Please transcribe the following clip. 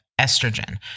estrogen